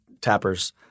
Tapper's